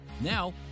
Now